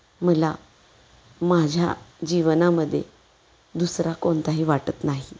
मला माझ्या जीवनामध्ये दुसरा कोणताही वाटत नाही